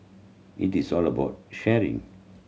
it is all about sharing